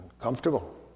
Comfortable